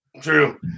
True